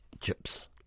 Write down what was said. chips